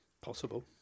possible